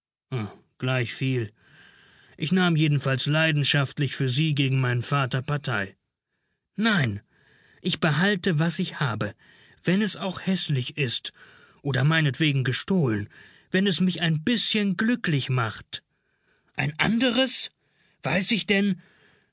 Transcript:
gleichviel ich nahm jedenfalls leidenschaftlich für sie gegen meinen vater partei nein ich behalte was ich habe wenn es auch häßlich ist oder meinetwegen gestohlen wenn es mich ein bißchen glücklich macht ein anderes weiß ich denn